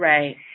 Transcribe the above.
Right